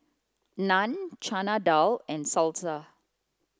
Naan Chana Dal and Salsa